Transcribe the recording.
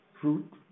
fruit